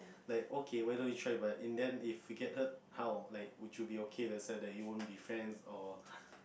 like okay why don't you try but in the end if you get hurt how like would you be okay that's why you don't be friends or